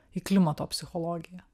į klimato psichologiją